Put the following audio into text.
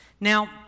Now